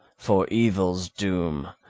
for evil's doom,